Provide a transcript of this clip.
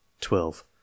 twelve